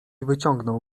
wyciągnął